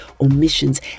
omissions